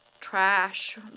trash